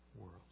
world